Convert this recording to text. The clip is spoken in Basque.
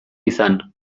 izan